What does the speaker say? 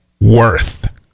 worth